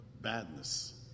badness